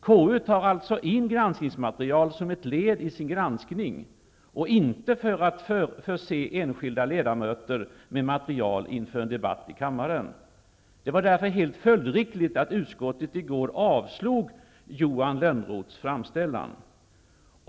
KU tar alltså in granskningsmaterial som ett led i sin granskning och inte för att förse enskilda ledamöter med material inför en debatt i kammaren. Det var därför helt följdriktigt att utskottet i går avslog Johan Lönnroths framställan.